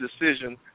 decision